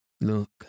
Look